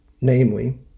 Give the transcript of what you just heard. namely